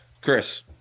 Chris